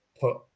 put